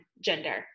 gender